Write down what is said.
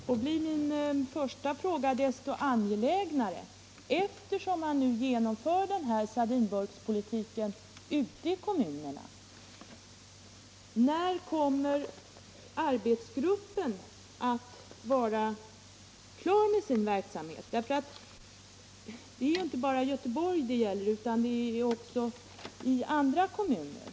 Herr talman! Då blir min första fråga desto angelägnare, eftersom man nu genomför den här sardinburkspolitiken ute i kommunerna: När kommer arbetsgruppen att vara klar med sin verksamhet? Det är inte bara Göteborg det gäller utan också andra kommuner.